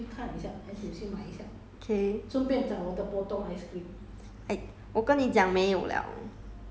is the same lah eh K